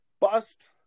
bust